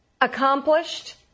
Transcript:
accomplished